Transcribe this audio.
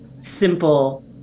simple